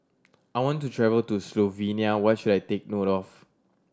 I want to travel to Slovenia what should I take note of